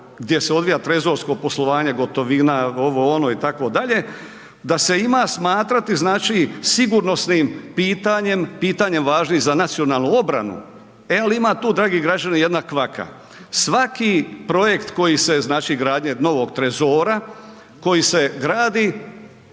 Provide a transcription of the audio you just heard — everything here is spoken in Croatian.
gdje se odvija trezorsko poslovanje, gotovima, ovo, ono itd., da se ima smatrati sigurnosnim pitanjem, pitanjem važnim za nacionalnu obranu. E ali ima tu dragi građani jedna kvaka, svaki projekt koji se znači gradnja novog trezora koji se gradi,